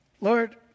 Lord